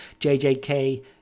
jjk